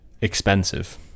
expensive